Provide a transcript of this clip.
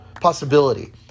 possibility